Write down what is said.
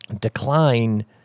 decline